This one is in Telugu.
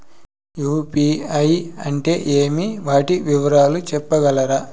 యు.పి.ఐ అంటే ఏమి? వాటి వివరాలు సెప్పగలరా?